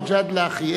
מג'אדלה אחי,